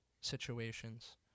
situations